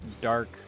dark